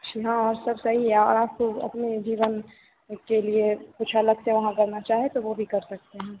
जी हाँ और सब सही है और आप अपने जीवन के लिए कुछ अलग से वहाँ करना चाहें तो वो भी कर सकते हैं